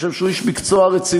אני חושב שהוא איש מקצוע רציני.